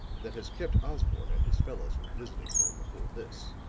that has kept osborne and his fellows from visiting her before this.